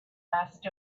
asked